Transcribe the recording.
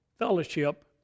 fellowship